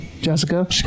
Jessica